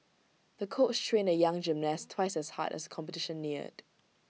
the coach trained the young gymnast twice as hard as the competition neared